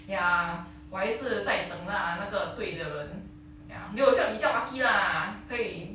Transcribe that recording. ya 我还是在等 lah 那个对的人 ya 没有像你酱 lucky lah 可以